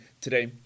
today